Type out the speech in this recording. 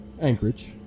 Anchorage